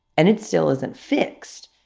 and it still isn't fixed.